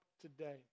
today